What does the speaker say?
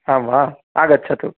आम् वा आगच्छतु